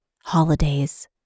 holidays